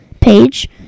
page